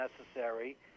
necessary